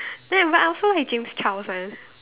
right but I also like James Charles one